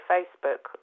Facebook